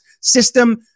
system